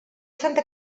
santa